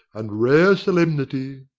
and rare solemnity.